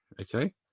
okay